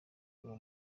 uwo